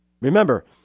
Remember